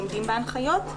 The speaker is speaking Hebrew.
עומדים בהנחיות.